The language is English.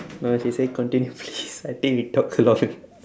no she say continue please I think we talk a lot